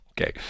Okay